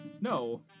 No